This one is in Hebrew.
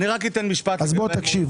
אל תאמר